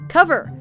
Cover